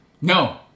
No